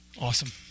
Awesome